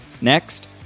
Next